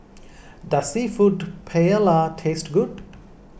does Seafood Paella taste good